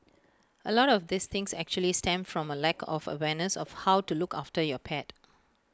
A lot of these things actually stem from A lack of awareness of how to look after your pet